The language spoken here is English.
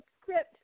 script